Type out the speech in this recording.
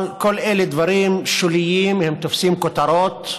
אבל כל אלה דברים שוליים, הם תופסים כותרות.